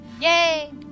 Yay